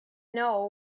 know